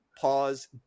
pause